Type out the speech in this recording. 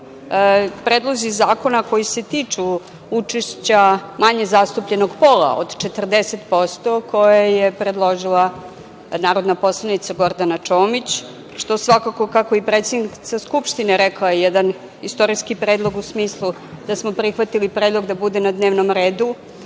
predlozi zakona koji se tiču učešća manje zastupljenog pola od 40% koje je predložila narodna poslanica Gordana Čomić, što svakako, kako i predsednica Skupštine rekla, jedan istorijski predlog u smislu da smo prihvatili predlog da bude na dnevnom redu